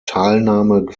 teilnahme